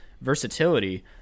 versatility